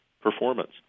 performance